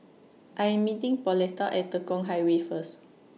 I Am meeting Pauletta At Tekong Highway First